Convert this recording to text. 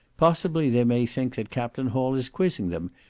possibly they may think that captain hall is quizzing them,